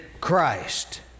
Christ